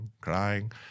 crying